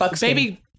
Baby